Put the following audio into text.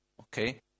okay